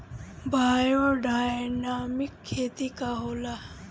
Biodynamic खेती का होला?